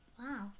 Wow